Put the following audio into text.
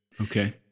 Okay